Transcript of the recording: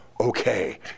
okay